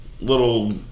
little